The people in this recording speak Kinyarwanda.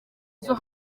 izo